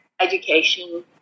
education